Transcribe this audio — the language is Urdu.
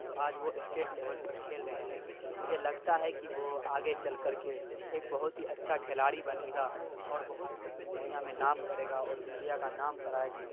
تو آج وہ اسٹیٹ لیول پر کھیل رہے ہیں مجھے لگتا ہے کہ وہ آگے چل کر کے ایک بہت ہی اچھا کھلاڑی بنے گا اور بہت اپنی دنیا میں نام کرے گا اور انڈیا کا نام کرائے گا